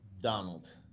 Donald